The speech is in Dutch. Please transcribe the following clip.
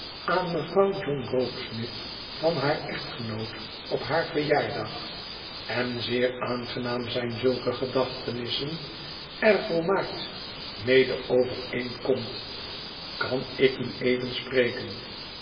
laan mevrouw john rokesmith van haar echtgenoot op haar verjaardag en zeer aangenaam zijn zulke gedachtenissen er volmaakt mede overeenk mt kan ik u even spreken